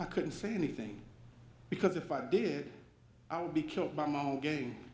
i couldn't say anything because if i did i would be killed by my own game